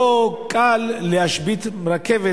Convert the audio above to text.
לא קל להשבית רכבת,